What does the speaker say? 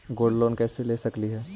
Gold loan कैसे ले सकली हे?